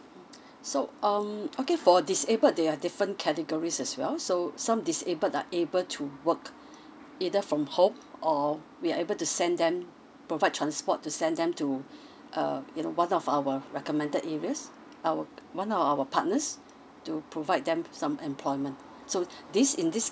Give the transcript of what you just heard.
so um okay for disabled there are different categories as well so some disabled are able to work either from home or we are able to send them provide transport to send them to uh you know one of our recommended areas our one of our partners to provide them some employment so this in this